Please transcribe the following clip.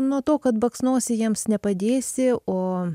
nuo to kad baksnosi jiems nepadėsi o